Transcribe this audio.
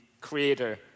Creator